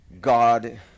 God